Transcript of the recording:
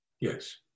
Yes